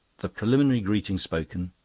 the preliminary greetings spoken,